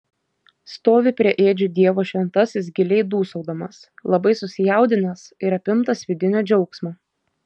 stovi prie ėdžių dievo šventasis giliai dūsaudamas labai susijaudinęs ir apimtas vidinio džiaugsmo